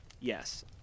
Yes